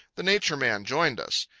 the nature man joined us.